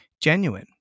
genuine